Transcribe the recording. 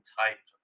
type